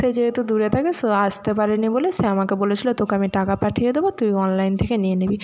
সে যেহেতু দূরে থাকে সো আসতে পারে নে বলে সে আমাকে বলেছিলো তোকে আমি টাকা পাঠিয়ে দেবো তুই অনলাইন থেকে নিয়ে নিবি